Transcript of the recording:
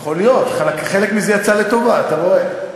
יכול להיות, חלק מזה יצא לטובה, אתה רואה.